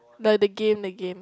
the game the game